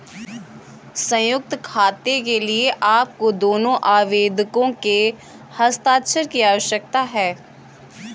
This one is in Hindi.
संयुक्त खाते के लिए आपको दोनों आवेदकों के हस्ताक्षर की आवश्यकता है